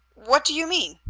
what do you mean?